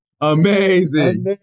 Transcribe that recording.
Amazing